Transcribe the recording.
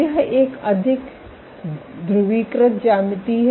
यह एक अधिक ध्रुवीकृत ज्यामिति है